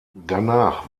danach